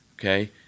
Okay